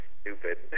stupid